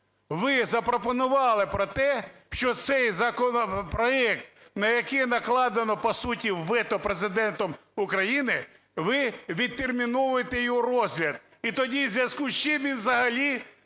ви запропонували про те, що цей законопроект, на який накладено, по суті, вето Президентом України, ви відтерміновуєте його розгляд. І тоді у зв'язку з чим він взагалі